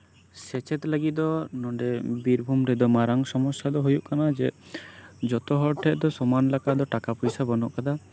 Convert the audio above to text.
ᱥᱮᱪᱮᱫ ᱞᱟᱹᱜᱤᱫ ᱫᱚ ᱱᱚᱰᱮ ᱵᱤᱨᱵᱷᱩᱢ ᱨᱮᱫᱚ ᱢᱟᱨᱟᱝ ᱥᱚᱢᱚᱥᱥᱟ ᱫᱚ ᱦᱩᱭᱩᱜ ᱠᱟᱱᱟ ᱡᱮ ᱡᱚᱛᱚ ᱦᱚᱲ ᱴᱷᱮᱱ ᱫᱚ ᱥᱚᱢᱟᱱ ᱞᱮᱠᱟ ᱫᱚ ᱴᱟᱠᱟ ᱯᱚᱭᱥᱟ ᱵᱟᱹᱱᱩᱜ ᱟᱠᱟᱫᱟ